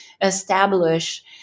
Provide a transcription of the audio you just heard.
establish